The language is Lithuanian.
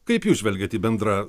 kaip jūs žvelgiat į bendrą